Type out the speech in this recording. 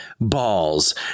balls